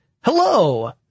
Hello